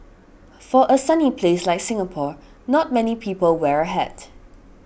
for a sunny place like Singapore not many people wear a hat